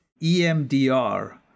EMDR